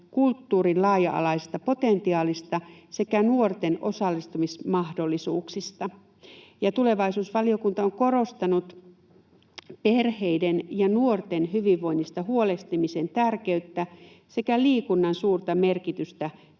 kulttuurin laaja-alaisesta potentiaalista sekä nuorten osallistumismahdollisuuksista. Tulevaisuusvaliokunta korostaa perheiden ja nuorten hyvinvoinnista huolehtimisen tärkeyttä sekä liikunnan suurta merkitystä